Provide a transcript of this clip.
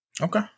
Okay